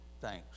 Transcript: thanks